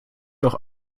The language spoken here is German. doch